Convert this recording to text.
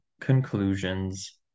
conclusions